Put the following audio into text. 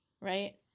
right